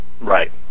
Right